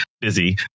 busy